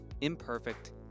imperfect